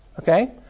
Okay